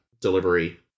delivery